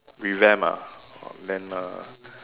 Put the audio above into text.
revamp ah !wah! then uh